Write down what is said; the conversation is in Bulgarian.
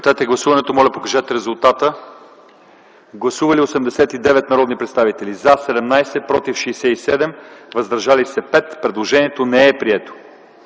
Гласували 84 народни представители: за 13, против 31, въздържали се 40. Предложението не е прието.